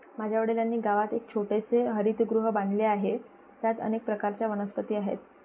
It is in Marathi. माझ्या वडिलांनी गावात एक छोटेसे हरितगृह बांधले आहे, त्यात अनेक प्रकारच्या वनस्पती आहेत